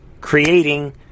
creating